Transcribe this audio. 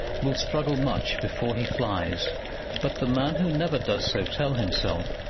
will struggle much before he flies but the man who never does so tell himself,